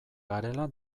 garela